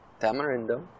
Tamarindo